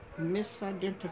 misidentified